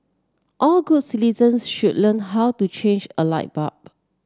all good citizens should learn how to change a light bulb